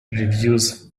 reviews